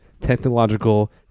technological